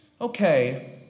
okay